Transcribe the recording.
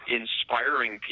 inspiring